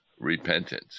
repentance